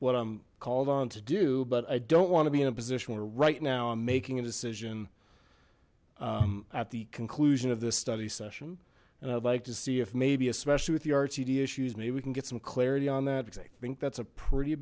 what i'm called on to do but i don't want to be in a position where right now i'm making a decision at the conclusion of this study session and i'd like to see if maybe especially with the rtd issues maybe we can get some clarity on that because i think that's a pretty